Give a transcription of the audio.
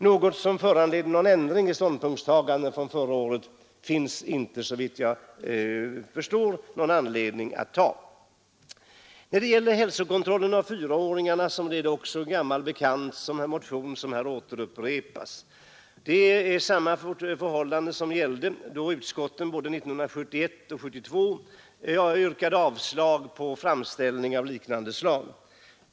Såvitt jag förstår finns det ingenting som föranleder en ändring i förra årets ståndpunktstagande. Sedan har det också väckts en motion som gäller hälsokontrollen av fyraåringar. Den motionen är en gammal bekant, och förhållandena nu är desamma som då utskottet 1971 och 1972 yrkade avslag på framställningar av liknande slag.